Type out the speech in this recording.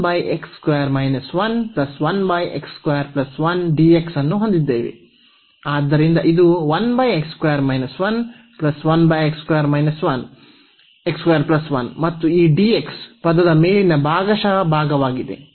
ಆದ್ದರಿಂದ ಇದು ಮತ್ತು ಈ ಡಿಎಕ್ಸ್ ಪದದ ಮೇಲಿನ ಭಾಗಶಃ ಭಾಗವಾಗಿದೆ